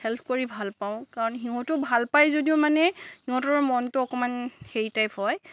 help কৰি ভালপাওঁ কাৰণ সিহঁতো ভাল পায় যদিও মানে সিহঁতৰো মনটো অকণমান হেৰি টাইপ হয়